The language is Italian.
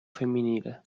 femminile